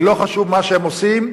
ולא חשוב מה הם עושים,